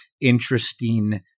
interesting